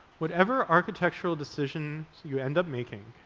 whatever architectural decisions you end up making,